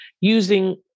using